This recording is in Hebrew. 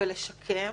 ולשקם